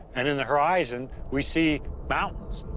and in the horizon we see mountains.